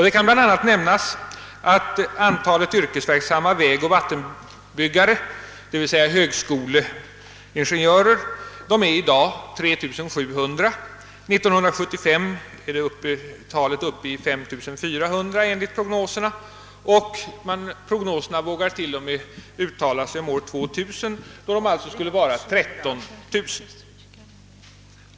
Det kan bl.a. nämnas att antalet yrkesverksamma vägoch vattenbyggare — d.v.s. högskoleingenjörer — i dag är 3700. År 1975 är de 5 400 enligt prognoserna. Dessa vågar t.o.m. uttala sig om år 2 000, då antalet skulle vara 13 000.